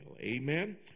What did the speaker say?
Amen